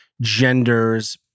genders